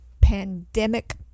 pandemic